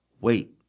Wait